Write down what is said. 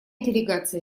делегация